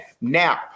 now